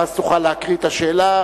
ואז תוכל להקריא את השאלה,